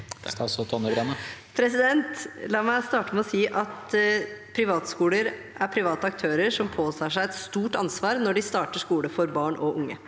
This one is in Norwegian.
La meg starte med å si at privatskoler er private aktører som påtar seg et stort ansvar når de starter skole for barn og unge.